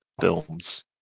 films